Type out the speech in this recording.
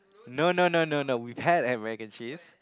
no no no no no we'd had a mac and cheese